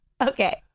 okay